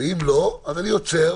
אם לא, אני אעצור,